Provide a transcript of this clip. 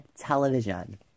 television